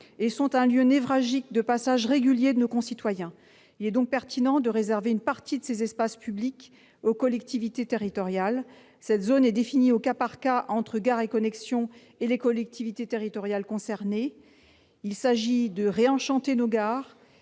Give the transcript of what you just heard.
et sont des lieux névralgiques de passage régulier de nos concitoyens. Il est donc pertinent de réserver une partie de ces espaces publics aux collectivités territoriales. Cette zone est définie au cas par cas entre Gares & Connexions et les collectivités territoriales concernées. Il s'agit de réenchanter nos gares